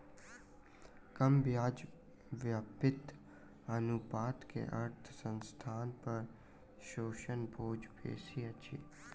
कम ब्याज व्याप्ति अनुपात के अर्थ संस्थान पर ऋणक बोझ बेसी अछि